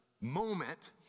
moment